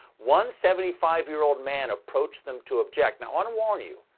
one seventy five year old man approached them to object. now, i want to warn you,